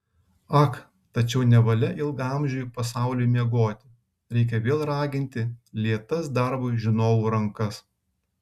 ak tačiau nevalia ilgaamžiui pasauliui miegoti reikia vėl raginti lėtas darbui žinovų rankas